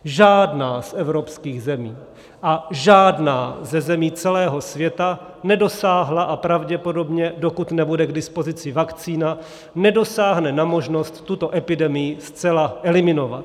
Žádná z evropských zemí a žádná ze zemí celého světa nedosáhla a pravděpodobně, dokud nebude k dispozici vakcína, nedosáhne na možnost tuto epidemii zcela eliminovat.